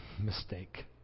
mistake